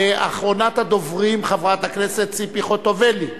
האחרונה בדוברים, חברת הכנסת ציפי חוטובלי,